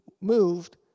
moved